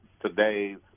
today's